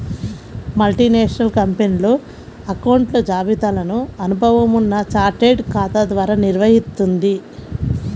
multinational కంపెనీలు అకౌంట్ల జాబితాను అనుభవం ఉన్న చార్టెడ్ ఖాతా ద్వారా నిర్వహిత్తుంది